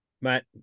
Matt